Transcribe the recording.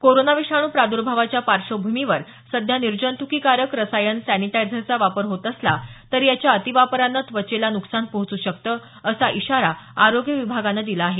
corona विषाणू प्रादुर्भावाच्या पार्श्वभूमीवर सध्या निर्जंत्कीकारक रसायन सॅनिटायझरचा वापर होत असला तरी याच्या अतिवापरानं त्वचेला नुकसान पोहचू शकतं असा इशारा आरोग्य विभागानं दिला आहे